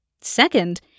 Second